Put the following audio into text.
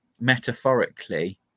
metaphorically